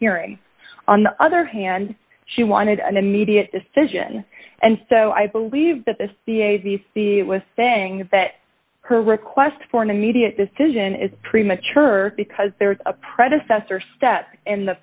hearing on the other hand she wanted an immediate decision and so i believe that this the a b c it was saying that her request for an immediate decision is premature because there was a predecessor step in the